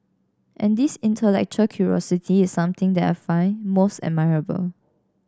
and this intellectual curiosity is something that I find most admirable